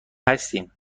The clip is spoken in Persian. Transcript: هستیم